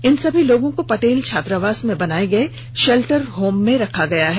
इन सभी लोगों को पटेल छात्रावास में बनाए गए शेल्टर होम में रखा गया है